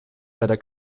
leider